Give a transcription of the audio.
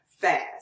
fast